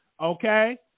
Okay